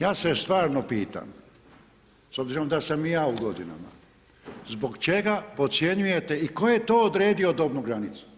Ja se stvarno pitam s obzirom da sam i ja u godinama, zbog čega podcjenjujete i tko je to odredio dobnu granicu?